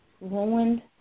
Ruined